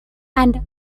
and